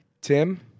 Tim